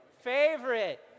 Favorite